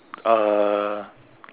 uh